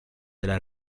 della